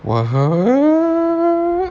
what